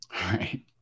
Right